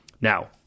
Now